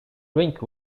rink